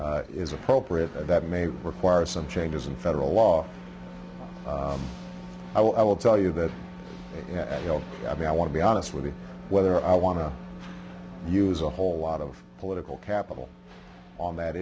that is appropriate and that may require some changes in federal law i will tell you that i mean i want to be honest with you whether i want to use a whole lot of political capital on that